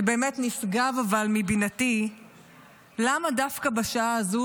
שבאמת נשגב מבינתי למה דווקא בשעה הזו,